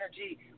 energy